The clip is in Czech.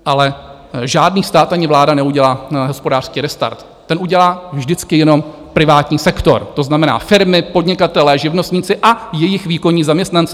Ale žádný stát ani vláda neudělá hospodářský restart, ten udělá vždycky jenom privátní sektor, to znamená firmy, podnikatelé, živnostníci a jejich výkonní zaměstnanci.